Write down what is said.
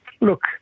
Look